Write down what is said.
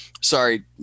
sorry